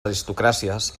aristocràcies